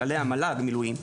כללי המל"ג למילואים,